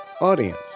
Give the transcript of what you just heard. audience